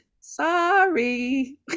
Sorry